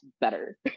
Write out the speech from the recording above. better